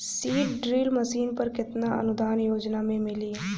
Seed drill machine पर केतना अनुदान योजना में मिली?